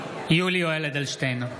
(קורא בשמות חברי הכנסת) יולי יואל אדלשטיין,